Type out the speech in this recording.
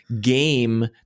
game